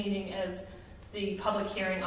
meeting as the public hearing